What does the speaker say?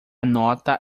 nota